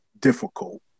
difficult